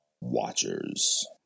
watchers